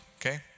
okay